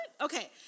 Okay